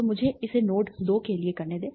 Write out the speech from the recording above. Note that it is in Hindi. तो मुझे इसे नोड 2 के लिए करने दें